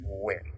win